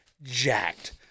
Jacked